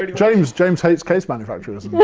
um james, james hates case manufacturers.